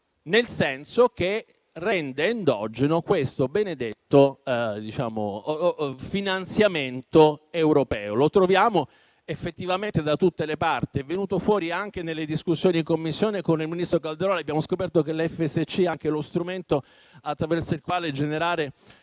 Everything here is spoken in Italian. nel senso che rende endogeno questo benedetto finanziamento europeo. Lo troviamo effettivamente da tutte le parti; è venuto fuori anche nelle discussioni in Commissione con il ministro Calderoli. Abbiamo scoperto che l'FSC è anche lo strumento attraverso il quale generare